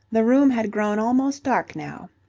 the room had grown almost dark now.